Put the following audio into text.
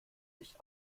sich